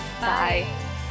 Bye